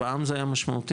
פעם זה היה משמעותית,